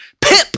Pip